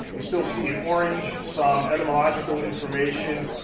you still see in orange some etymological information,